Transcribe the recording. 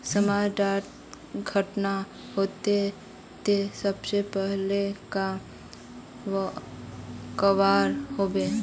समाज डात घटना होते ते सबसे पहले का करवा होबे?